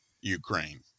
Ukraine